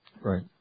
Right